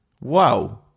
Wow